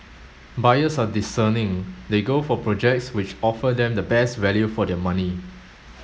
buyers are discerning they go for projects which offer them the best value for their money